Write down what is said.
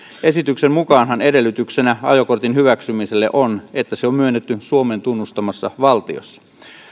esityksen mukaanhan edellytyksenä ajokortin hyväksymiselle on että se on myönnetty suomen tunnustamassa valtiossa